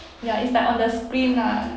ya it's like on the screen lah